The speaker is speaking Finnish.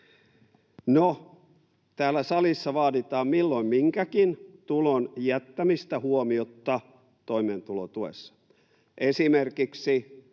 täällä salissa vaaditaan milloin minkäkin tulon jättämistä huomiotta toimeentulotuessa.